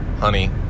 honey